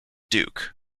duke